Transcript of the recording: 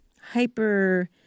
hyper